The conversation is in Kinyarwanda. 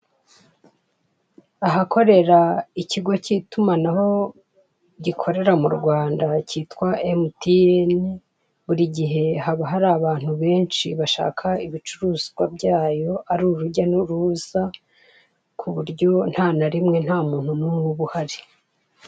Ahakorera ikigo cy'itumanaho gikorera mu Rwanda cyitwa MTN, buri gihe haba hari abantu benshi bashaka ibicuruzwa byayo ari urujya n'uruza, ku buryo nta na rimwe nta muntu n'umwe uba uhari.